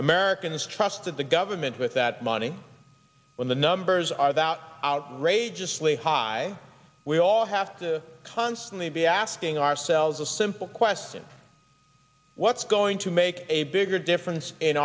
americans trust that the government with that money when the numbers are that outrageously high we all have to constantly be asking ourselves as a simple question what's going to make a bigger difference in